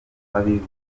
w’abibumbye